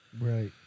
Right